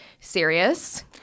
serious